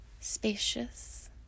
spacious